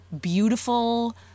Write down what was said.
beautiful